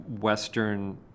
Western